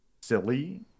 silly